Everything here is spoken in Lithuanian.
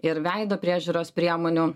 ir veido priežiūros priemonių